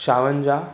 छावंजाहुं